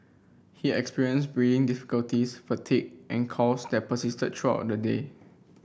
he experienced difficulties fatigue and coughs that persisted throughout the day